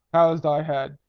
how's thy head?